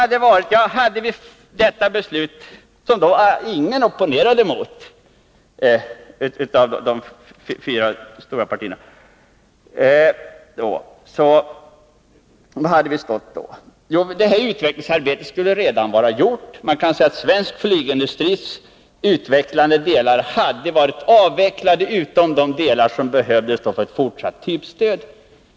Hade man fullföljt beslutet från 1977 som då ingen opponerade sig mot från de fyra stora partierna, var hade vi då stått i dag? Jo, utvecklingsarbetet skulle redan ha varit genomfört. Man kan säga att svensk flygindustris utvecklande delar hade varit borta, utom de delar som behövdes för ett fortsatt typstöd.